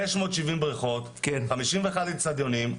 כתוב כאן 570 בריכות, 51 אצטדיונים,